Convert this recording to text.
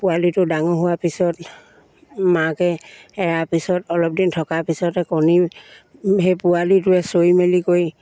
পোৱালিটো ডাঙৰ হোৱাৰ পিছত মাকে এৰা পিছত অলপ দিন থকাৰ পিছতে কণী সেই পোৱালিটোৱে চৰি মেলি কৰি